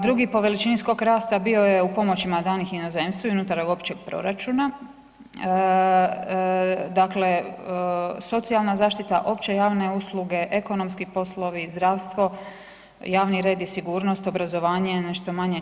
Drugi po veličini skok rasta bio je u pomoćima danih inozemstvu i unutar općeg proračuna, dakle socijalna zaštita, opće javne usluge, ekonomski poslovi, zdravstvo, javni red i sigurnost, obrazovanje nešto manje, 4,9%